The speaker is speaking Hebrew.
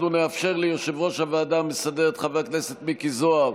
אנחנו נאפשר ליושב-ראש הוועדה המסדרת חבר הכנסת מיקי זוהר